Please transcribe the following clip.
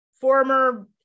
former